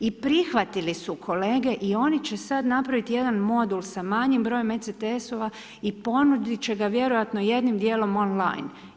I prihvatili su kolege i oni će sada napraviti jedan model sa manjim brojem ECTS-ova i ponuditi će ga vjerojatno jednim dijelom on-line.